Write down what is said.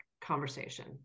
conversation